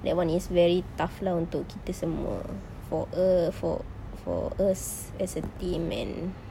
that [one] is very tough lah untuk kita semua for her for us as a team and